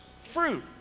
fruit